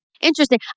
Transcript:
Interesting